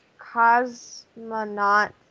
cosmonaut